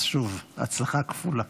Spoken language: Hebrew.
אז שוב, הצלחה כפולה.